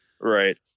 right